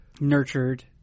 nurtured